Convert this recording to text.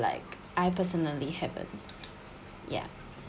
like I personally haven't ya